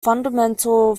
fundamental